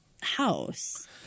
house